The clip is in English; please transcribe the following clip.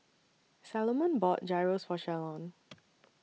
Salomon bought Gyros For Shalon